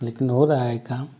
लेकिन हो रहा है काम